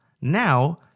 Now